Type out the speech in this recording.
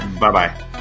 Bye-bye